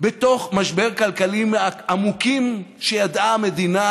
בתוך משבר כלכלי מהעמוקים שידעה המדינה